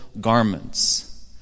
garments